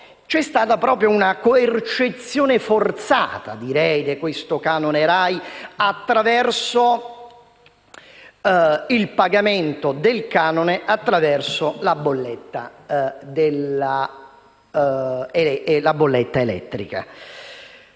c'è stata proprio una coercizione forzata di questo canone RAI, con il pagamento del canone attraverso la bolletta elettrica.